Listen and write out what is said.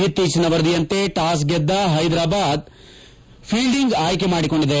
ಇತ್ತೀಚಿನ ವರದಿಯಂತೆ ಟಾಸ್ ಗೆದ್ದ ಹೈದರಾಬಾದ್ ತಂಡ ಫೀಲ್ಡಿಂಗ್ ಆಯ್ಕೆ ಮಾಡಿಕೊಂಡಿದೆ